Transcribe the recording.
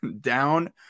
Down